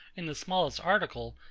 in the smallest article,